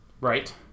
Right